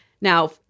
Now